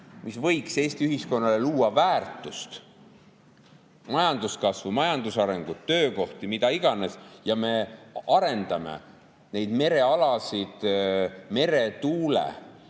mis võiks Eesti ühiskonnale luua väärtust, majanduskasvu, majandusarengut, töökohti, mida iganes, ja me arendame neid merealasid